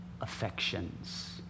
affections